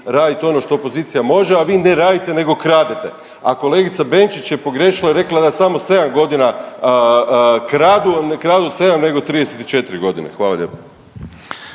radit ono što opozicija može, a vi ne radite nego kradete. A kolegica Benčić je pogriješila i rekla da samo 7 godina kradu, ne kradu 7 nego 34 godine. Hvala lijepo.